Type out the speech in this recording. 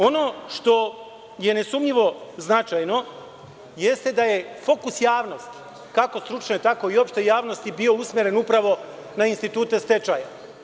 Ono što je nesumnjivo značajno, jeste da je fokus javnosti, kako stručne, tako i opšte javnosti bio usmeren upravo na institute stečaja.